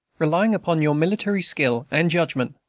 relying upon your military skill and judgment.